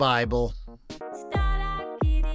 Bible